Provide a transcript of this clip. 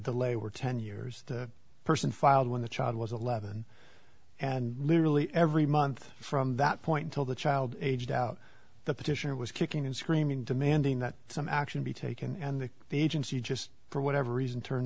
de lay were ten years the person filed when the child was eleven and literally every month from that point till the child aged out the petitioner was kicking and screaming demanding that some action be taken and that the agency just for whatever reason turn